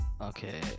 Okay